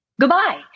Goodbye